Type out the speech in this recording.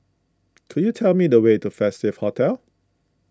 could you tell me the way to Festive Hotel